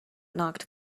knocked